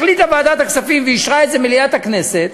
החליטה ועדת הכספים ואישרה את זה מליאת הכנסת,